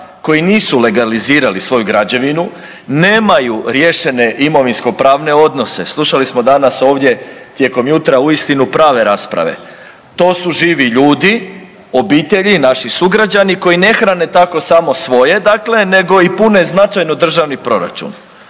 koji nisu legalizirali svoju građevinu, nemaju riješene imovinskopravne odnose. Slušali smo danas ovdje tijekom jutra uistinu prave rasprave, to su živi ljudi, obitelji, naši sugrađani koji ne hrane tako samo svoje nego i pune značajno državni proračun.